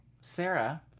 Sarah